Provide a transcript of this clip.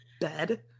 bed